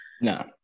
No